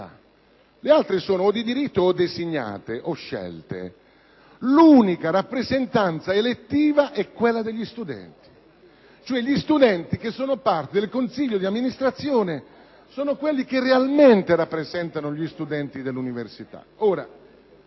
le altre sono o di diritto o designate o scelte - è quella degli studenti. Gli studenti che sono parte del consiglio di amministrazione sono quelli che realmente rappresentano gli studenti dell'università.